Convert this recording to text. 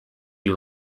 you